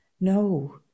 No